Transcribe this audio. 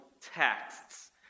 texts